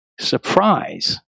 surprise